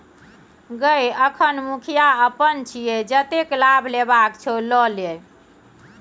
गय अखन मुखिया अपन छियै जतेक लाभ लेबाक छौ ल लए